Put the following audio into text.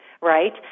right